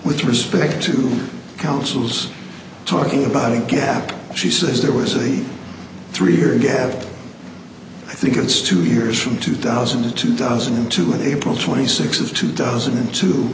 with respect to councils talking about a gap she says there were city three year gap i think it's two years from two thousand to two thousand and two and april twenty sixth of two thousand and two